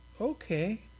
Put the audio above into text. Okay